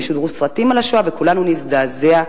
יראו סרטים על השואה וכולנו נזדעזע,